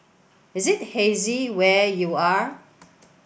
is it hazy where you are